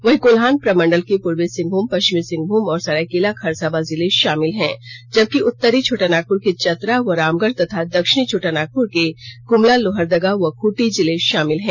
वहीं कोल्हान प्रमंडल के पूर्वी सिंहभूम पष्चिमी सिंहभूम और सरायकेला खरसांवा जिले शामिल हैं जबकि उत्तरी छोटनागपुर के चतरा व रामगढ़ तथा दक्षिण छोटानागपुर के गुमला लोहरदगा और खूंटी जिले शामिल हैं